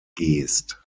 geest